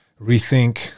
rethink